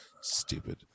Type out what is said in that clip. Stupid